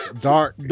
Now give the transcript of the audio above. Dark